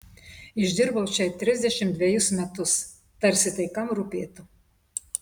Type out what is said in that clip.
išdirbau čia trisdešimt dvejus metus tarsi tai kam rūpėtų